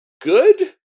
good